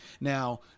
Now